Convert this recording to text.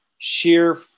Sheer